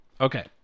Okay